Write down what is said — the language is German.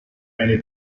eine